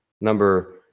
number